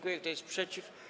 Kto jest przeciw?